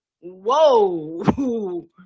Whoa